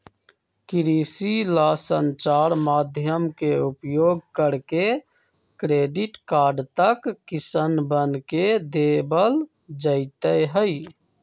कृषि ला संचार माध्यम के उपयोग करके क्रेडिट कार्ड तक किसनवन के देवल जयते हई